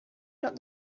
not